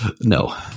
no